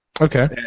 Okay